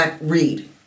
read